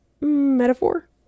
metaphor